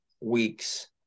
weeks